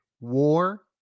war